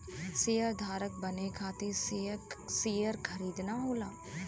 शेयरधारक बने खातिर शेयर खरीदना होला